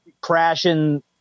crashing